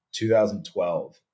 2012